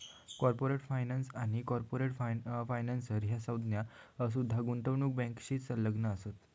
corporate finance आणि corporate financer ह्या संज्ञा सुद्धा गुंतवणूक बँकिंगशी संबंधित असत